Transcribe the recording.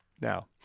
now